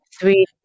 three